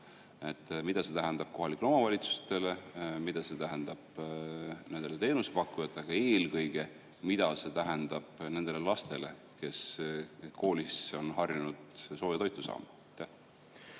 Mida see tähendab kohalikele omavalitsustele? Mida see tähendab nendele teenusepakkujatele, aga eelkõige, mida see tähendab lastele, kes koolis on harjunud sooja toitu saama?